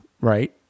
right